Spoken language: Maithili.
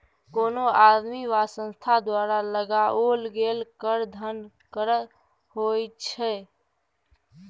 कोनो आदमी वा संस्था द्वारा लगाओल गेल कर धन कर होइत छै